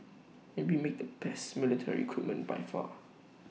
and we make the best military equipment by far